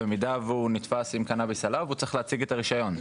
במידה והוא נתפס עם קנביס עליו הוא צריך להציג את הרישיון.